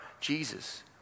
Jesus